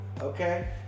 okay